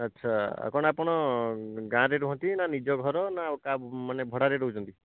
ଆଚ୍ଛା କ'ଣ ଆପଣ ଗାଁରେ ରୁହନ୍ତି ନା ନିଜ ଘର ନା ମାନେ ଭଡ଼ାରେ ରହୁଛନ୍ତି